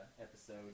episode